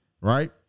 right